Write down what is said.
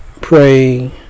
pray